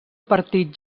partit